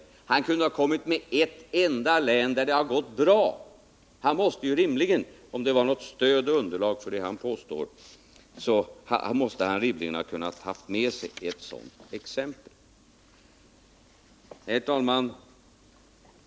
Ingemar Mundebo hade då kunnat nämna åtminstone ett enda län där det gått bra — han måste rimligen, om det finns något underlag för det han påstår, ha kunnat nämna ert sådant exempel. Herr talman!